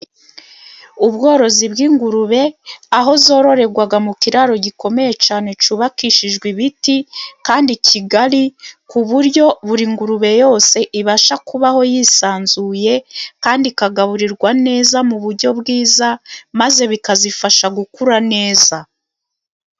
Ubworozi bw'ingurube aho zororerwa mu kiraro gikomeye cyane cyubakishijwe ibiti kandi kigari, ku buryo buri ngurube yose ibasha kubaho yisanzuye, kandi ikagaburirwa neza, mu buryo bwiza, maze bikazifasha gukura neza.